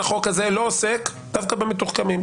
החוק הזה לא עוסק דווקא במתוחכמים,